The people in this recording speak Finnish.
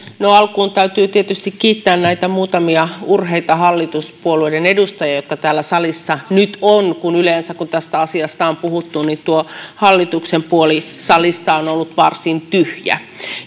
alkuun täytyy tietysti kiittää näitä muutamia urheita hallituspuolueiden edustajia jotka täällä salissa nyt ovat kun yleensä kun tästä asiasta on puhuttu tuo hallituksen puoli salista on ollut varsin tyhjä